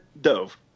dove